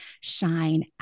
shine